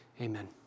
Amen